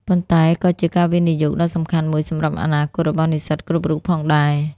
ប៉ុន្តែក៏ជាការវិនិយោគដ៏សំខាន់មួយសម្រាប់អនាគតរបស់និស្សិតគ្រប់រូបផងដែរ។